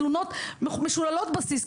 תלונות משוללות בסיס,